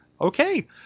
Okay